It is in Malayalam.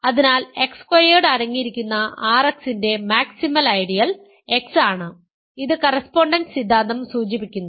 അതിനാൽ X സ്ക്വയേർഡ് അടങ്ങിയിരിക്കുന്ന RX ന്റെ മാക്സിമൽ ഐഡിയൽ X ആണ് ഇത് കറസ്പോണ്ടൻസ് സിദ്ധാന്തം സൂചിപ്പിക്കുന്നു